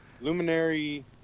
Luminary